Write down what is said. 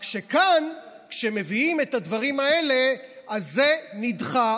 רק כשכאן כשמביאים את הדברים האלה אז זה נדחה.